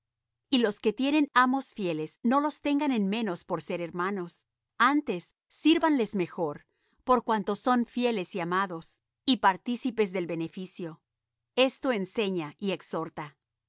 y los que tienen amos fieles no los tengan en menos por ser hermanos antes sírvanles mejor por cuanto son fieles y amados y partícipes del beneficio esto enseña y exhorta